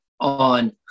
on